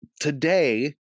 today